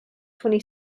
twenty